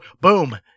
boom